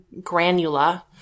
granula